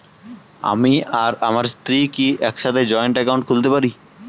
আমি আর আমার স্ত্রী কি একসাথে জয়েন্ট অ্যাকাউন্ট খুলতে পারি?